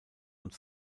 und